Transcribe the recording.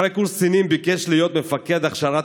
אחרי קורס קצינים ביקש להיות מפקד הכשרת